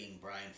Brian